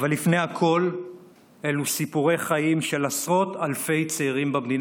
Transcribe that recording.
אבל לפני הכול אלו סיפורי חיים של עשרות אלפי צעירים במדינה,